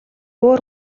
өөр